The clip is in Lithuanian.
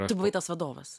tu buvai tas vadovas